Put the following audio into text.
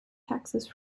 taxes